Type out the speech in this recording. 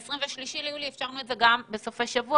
ב-23 ליולי אפשרנו את זה גם בסופי שבוע